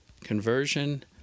conversion